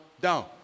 down